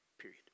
period